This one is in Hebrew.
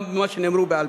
גם במה שנאמר בעל-פה,